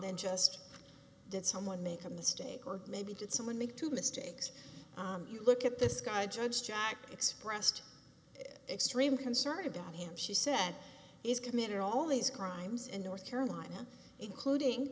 than just did someone make a mistake or maybe did someone make two mistakes you look at this guy judge jack expressed extreme concern about him she said he's committed all these crimes in north carolina including